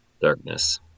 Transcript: darkness